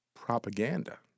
propaganda